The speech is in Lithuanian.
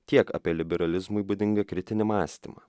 tiek apie liberalizmui būdingą kritinį mąstymą